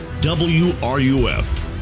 WRUF